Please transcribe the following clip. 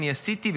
אני עשיתי,